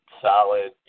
solid